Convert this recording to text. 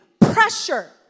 pressure